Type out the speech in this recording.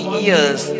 years